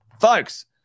folks